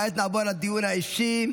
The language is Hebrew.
כעת נעבור לדיון האישי.